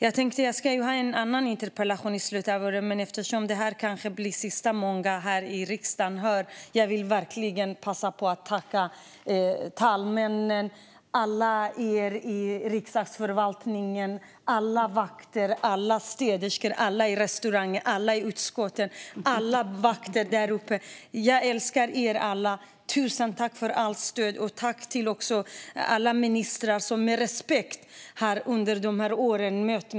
Jag kommer att ha ytterligare en interpellationsdebatt i slutet av juni, men det här kanske är sista gången jag träffar många av er i riksdagen. Jag vill därför passa på att tacka talmännen, alla i Riksdagsförvaltningen, alla vakter, även dem uppe på läktaren, alla städerskor, alla i restaurangen och alla i utskotten. Jag älskar er alla. Tusen tack för allt stöd! Tack också till alla ministrar som med respekt har mött mig under de här åren!